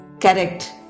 Correct